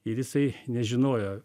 ir jisai nežinojo